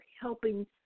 helping